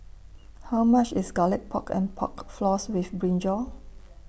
How much IS Garlic Pork and Pork Floss with Brinjal